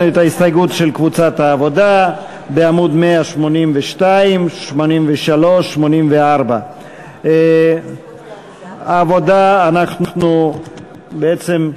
ההסתייגות של קבוצת העבודה בעמוד 183, 184. בעצם,